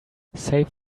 save